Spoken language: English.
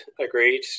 agreed